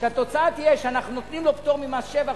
והתוצאה תהיה שאנחנו נותנים לו פטור ממס שבח,